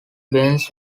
benz